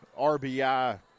RBI